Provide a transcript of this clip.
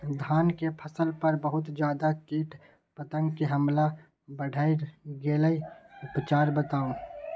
धान के फसल पर बहुत ज्यादा कीट पतंग के हमला बईढ़ गेलईय उपचार बताउ?